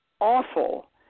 awful